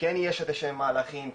כן יש איזשהם מהלכים,